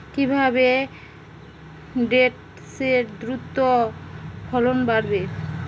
কিভাবে ঢেঁড়সের দ্রুত ফলন বাড়াব?